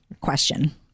question